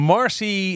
Marcy